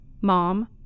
mom